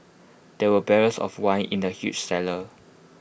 there were barrels of wine in the huge cellar